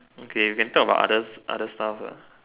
okay you can talk about others other stuff lah